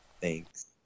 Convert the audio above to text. Thanks